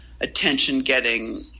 attention-getting